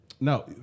No